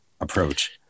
approach